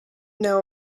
know